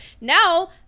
Now